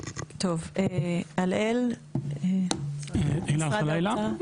הלאל חלאילה,